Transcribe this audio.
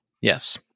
Yes